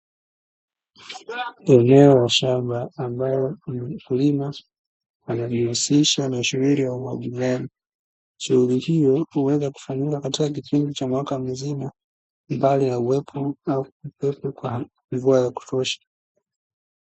Eneo la shamba ambalo mkulima anajihusisha na shughuli ya umwagiliaji. Shughuli hiyo huweza kufanyika katika kipindi cha mwaka mzima, mbali na uwepo au kutokuwepo kwa mvua za kutosha.